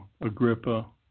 Agrippa